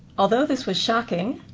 although this was shocking,